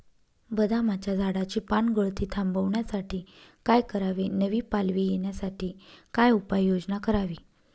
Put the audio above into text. बदामाच्या झाडाची पानगळती थांबवण्यासाठी काय करावे? नवी पालवी येण्यासाठी काय उपाययोजना करावी?